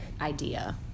idea